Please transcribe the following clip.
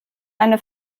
eine